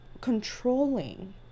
controlling